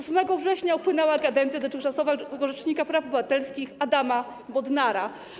8 września upłynęła kadencja dotychczasowego rzecznika praw obywatelskich Adama Bodnara.